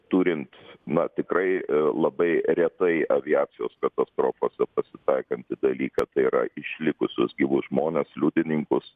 turint na tikrai labai retai aviacijos katastrofose pasitaikantį dalyką tai yra išlikusius gyvus žmones liudininkus